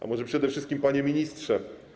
A może przede wszystkim: Panie Ministrze!